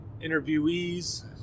interviewees